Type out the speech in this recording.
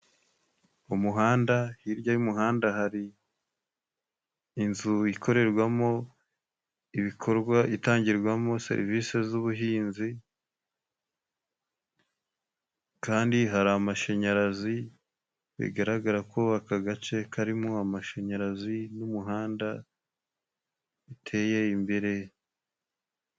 Mu Umuhanda, hirya y'umuhanda hari inzu ikorerwamo ibikorwa. Itangirwamo serivisi z'ubuhinzi, kandi hari amashanyarazi bigaragara ko aka gace karimo amashanyarazi n'umuhanda biteye imbere.